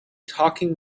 talking